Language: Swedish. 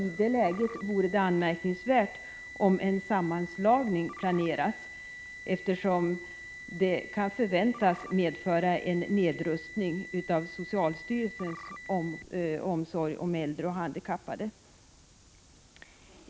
I det läget vore det anmärkningsvärt om en sammanslagning planeras, eftersom det kan förväntas medföra en nedrustning av socialstyrelsens omsorg om äldre och handikappade.